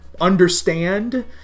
understand